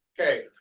okay